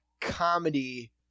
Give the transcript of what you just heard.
comedy